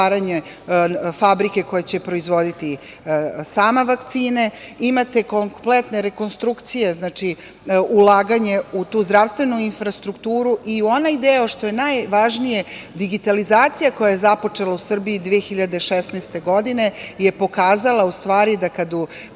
fabrike koja će proizvoditi sama vakcine. Imate kompletne rekonstrukcije ulaganja u tu zdravstvenu infrastrukturu i u onaj deo, što je najvažnije, digitalizacija koja je započela u Srbiji 2016. godine je pokazala, u stvari, da kada